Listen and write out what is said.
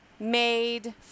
made